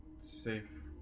safe